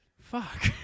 fuck